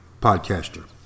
podcaster